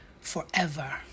forever